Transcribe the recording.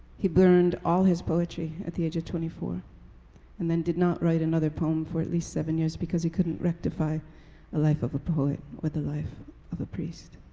he burned all his poetry at the age of twenty four and then did not write another poem for at least seven years because he couldn't rectify the life of a poet with the life of a priest.